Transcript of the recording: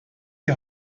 die